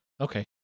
Okay